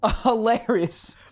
Hilarious